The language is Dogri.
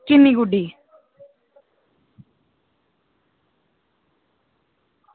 किन्नी गुड्डी